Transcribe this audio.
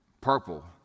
purple